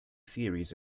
theories